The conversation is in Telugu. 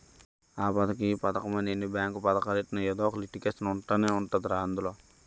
ఆ పదకం ఈ పదకమని ఎన్ని బేంకు పదకాలెట్టినా ఎదో ఒక లిటికేషన్ ఉంటనే ఉంటదిరా అందులో